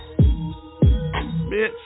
Bitch